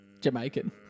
Jamaican